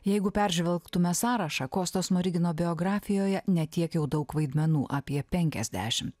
jeigu peržvelgtume sąrašą kosto smorigino biografijoje ne tiek jau daug vaidmenų apie penkiasdešim